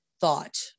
thought